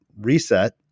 reset